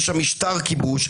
יש שם משטר כיבוש.